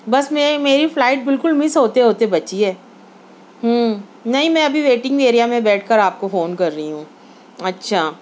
بس میری میری فلائٹ بالکل مس ہوتے ہوتے بچی ہے ہوں نہیں میں ابھی ویٹنگ ایریا میں بیٹھ کر آپ کو فون کر رہی ہوں اچھا